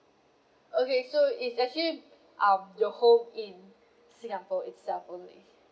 okay so it's actually um your home in singapore itself only